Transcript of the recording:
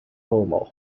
romo